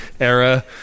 era